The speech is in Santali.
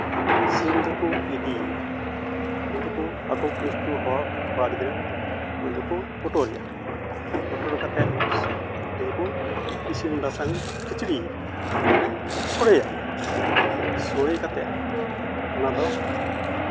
ᱥᱤᱢ ᱫᱚᱠᱚ ᱤᱫᱤᱭᱮᱭᱟ ᱩᱱᱤ ᱫᱚᱠᱚ ᱟᱠᱚ ᱜᱷᱚᱱᱤᱥᱴᱚ ᱦᱚᱲ ᱠᱚᱲᱟ ᱜᱤᱫᱽᱨᱟᱹ ᱩᱱᱤ ᱫᱚᱠᱚ ᱯᱩᱴᱩᱨ ᱮᱭᱟ ᱯᱩᱴᱩᱨ ᱠᱟᱛᱮᱫ ᱩᱱᱤ ᱫᱚᱠᱚ ᱤᱥᱤᱱ ᱵᱟᱥᱟᱝ ᱠᱷᱤᱪᱲᱤᱭᱮᱭᱟ ᱢᱟᱱᱮ ᱥᱳᱲᱮᱭᱮᱭᱟᱞᱮ ᱥᱳᱲᱮ ᱠᱟᱛᱮᱫ ᱚᱱᱟ ᱫᱚ